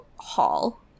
hall